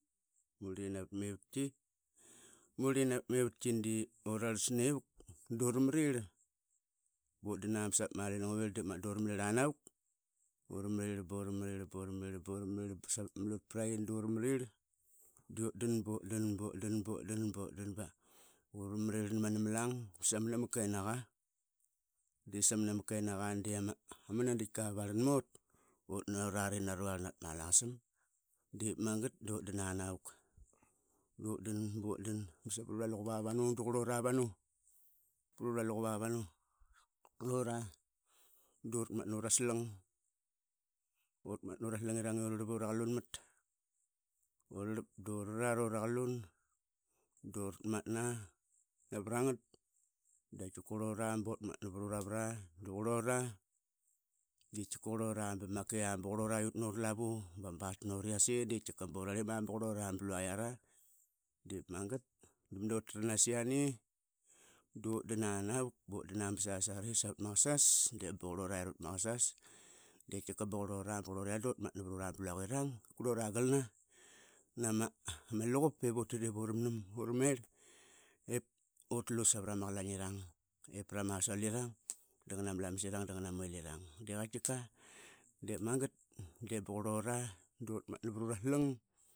Murl i navat ma ivatqi, murl i navat ma ivatqi di uravlas nevaq du ramarirl. Bu dan ba savat ma Alin-ngauoirl de magat duramarirl anavak, bu Ramarirl bu ramarirl bu ramarir, bu ramarir, ba savat ma Mlutpraiqi, duramarir, dutdan, butdan, butdan, butdam butdan, ba uramarirl na ma numllang basamna ma kenaqa. Di samna ma kenaqa di iama dadiqa varlan mut utnurari narnarl navat ma Alakasam. Dip magat dutdan anavak, dutdan butdan ba savrura luqup avanu duqairavanu, pruraluqup avanu. Arlora duratmatna uraslang. uratmatna uraslangirang i uvarap ura klunmat, urarap durarat uraklun duratmatna navrangat da qatkiqa qrlora buratmatna pruravara duqrlora. Di qatkiqa qrlora bamakaia, ba qrlora utnuralavu bama bartanut xase, di tkiqa borarlim a baqrlora bluaiara. Dip magat damadu utranas yane dutdan anavak butdana basasari savat ma kasas di baqrlora yara vat ma kasas di tkiqaba qrlora ba qrlora duratmatna vara urablokirang, qrlora galna nama luqup ivutit ivuramerl ivurutlu savarama qlaingirang ipra ma asolivang, danganama lamasirang, danganama wellirang di qatkiqa. Dip magat, di ba qrlora duratmatna pruraslang.